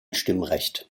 stimmrecht